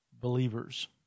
believers